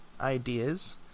ideas